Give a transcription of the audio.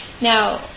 Now